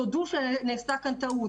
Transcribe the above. תודו שנעשתה כאן טעות,